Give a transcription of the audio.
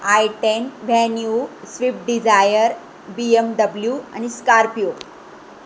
I ten venue Swift Dzire B M W आणि Scorpio